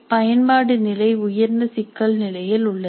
பயன்பாடு நிலை உயர்ந்த சிக்கல் நிலையில் உள்ளது